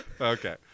Okay